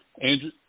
Andrew